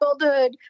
childhood